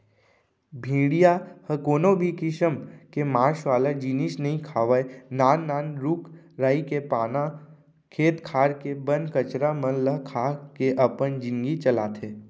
भेड़िया ह कोनो भी किसम के मांस वाला जिनिस नइ खावय नान नान रूख राई के पाना, खेत खार के बन कचरा मन ल खा के अपन जिनगी चलाथे